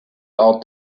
out